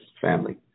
family